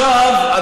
עכשיו,